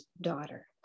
Daughter